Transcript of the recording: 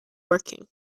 working